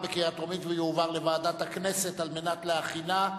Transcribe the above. לדיון מוקדם בוועדת הכנסת נתקבלה.